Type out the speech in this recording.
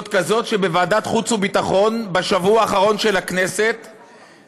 כזאת שבוועדת חוץ וביטחון בשבוע האחרון של הכנסת היא